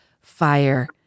fire